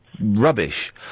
rubbish